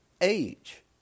age